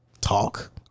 Talk